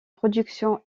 productions